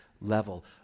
level